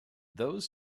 those